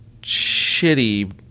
shitty